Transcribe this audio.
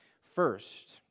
first